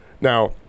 Now